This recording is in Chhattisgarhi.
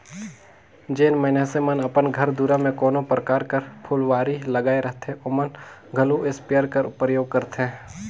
जेन मइनसे मन अपन घर दुरा में कोनो परकार कर फुलवारी लगाए रहथें ओमन घलो इस्पेयर कर परयोग करथे